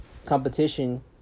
Competition